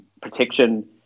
protection